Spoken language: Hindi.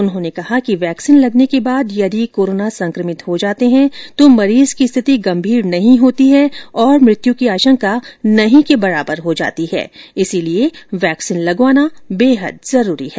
उन्होंने बताया कि वैक्सीन लगने के बाद यदि कोरोना हो संक्रमित होते है तो मरीज की स्थिति गंभीर नहीं होती है और मृत्यु की आंशका नहीं के बराबर हो जाती है इसलिए वैक्सीन लगवाना बेहद जरूरी है